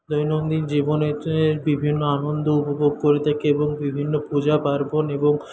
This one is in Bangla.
দৈনন্দিন জীবনের বিভিন্ন আনন্দ উপভোগ করে থাকি এবং বিভিন্ন পূজা পার্বণ এবং